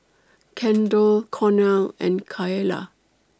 Kendall Cornel and Kaela